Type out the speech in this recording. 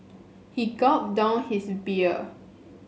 he gulped down his beer